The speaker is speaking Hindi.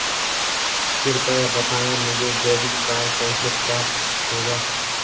कृपया बताएँ मुझे डेबिट कार्ड कैसे प्राप्त होगा?